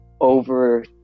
over